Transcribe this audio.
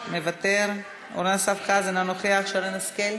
מוותר, אורן אסף חזן, אינו נוכח, שרן השכל,